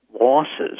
losses